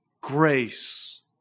grace